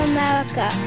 America